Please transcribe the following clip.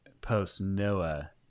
post-Noah